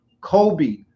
Kobe